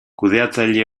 kudeatzaile